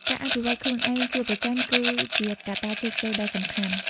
ការអភិវឌ្ឍន៍ខ្លួនឯងជាប្រចាំគឺជាកត្តាជោគជ័យដ៏សំខាន់។